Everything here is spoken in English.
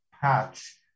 patch